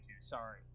sorry